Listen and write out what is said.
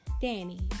danny